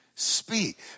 speak